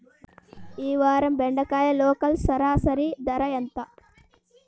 ఈ వారం బెండకాయ లోకల్ సరాసరి ధర ఎంత?